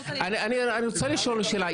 אני רוצה לשאול שאלה,